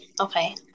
Okay